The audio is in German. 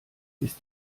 ist